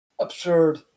absurd